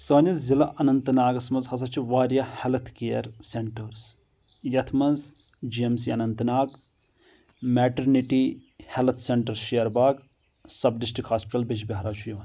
سٲنِس ضِلعہ اننت ناگس منٛز ہسا چھِ واریاہ ہیٚلتھ کیر سینٹٲرٕس یتھ منٛز G M C Anantnag maternity health centre Sher Bagh sub district hospital Bijbehara چھُ یِوان